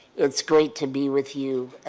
it's great to be with you,